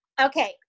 Okay